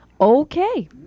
Okay